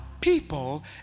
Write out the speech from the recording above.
people